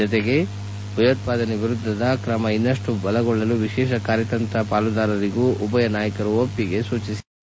ಜತೆಗೆ ಭಯೋತ್ಪಾದನೆ ವಿರುದ್ಧದ ಕ್ರಮ ಇನ್ನಷ್ಟು ಬಲಗೊಳ್ಳಲು ವಿಶೇಷ ಕಾರ್ಯತಂತ್ರ ಪಾಲುದಾರಿಗೂ ಉಭಯನಾಯಕರು ಒಪ್ಪಿಗೆ ಸೂಚಿಸಿದ್ದಾರೆ